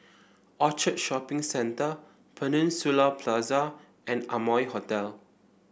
Orchard Shopping Centre Peninsula Plaza and Amoy Hotel